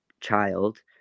child